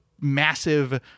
massive